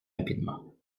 rapidement